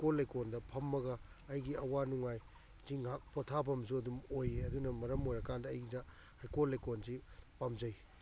ꯍꯩꯀꯣꯜ ꯂꯩꯀꯣꯜꯗ ꯐꯝꯃꯒ ꯑꯩꯒꯤ ꯑꯋꯥ ꯅꯨꯡꯉꯥꯏꯁꯤ ꯉꯥꯏꯍꯥꯛ ꯄꯣꯊꯥꯐꯝꯁꯨ ꯑꯗꯨꯝ ꯑꯣꯏꯑꯦ ꯑꯗꯨꯅ ꯃꯔꯝ ꯑꯣꯏꯔꯀꯥꯟꯗ ꯑꯩꯅ ꯍꯩꯀꯣꯜ ꯂꯩꯀꯣꯜꯁꯤ ꯄꯥꯝꯖꯩ